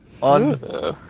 On